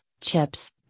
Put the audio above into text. chips